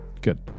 Good